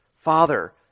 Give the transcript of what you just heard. Father